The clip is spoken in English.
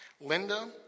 Linda